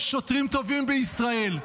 יש שוטרים טובים בישראל,